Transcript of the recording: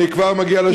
אני כבר מגיע לשאילתה.